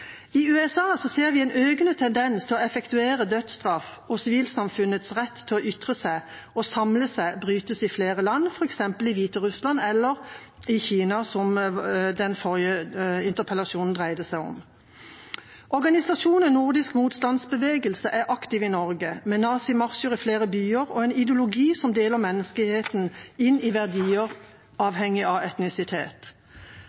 sivilsamfunnets rett til å ytre seg og samle seg brytes i flere land, f.eks. i Hviterussland og Kina, som den forrige interpellasjonen dreide seg om. Organisasjonen Den nordiske motstandsbevegelsen er aktiv i Norge, med nazimarsj i flere byer og en ideologi som deler menneskeheten inn i